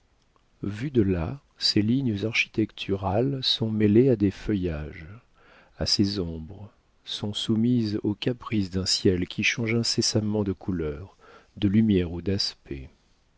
vues de là ces lignes architecturales sont mêlées à des feuillages à ces ombres sont soumises aux caprices d'un ciel qui change incessamment de couleur de lumière ou d'aspect